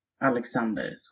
Alexander